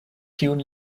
kiun